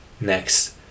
Next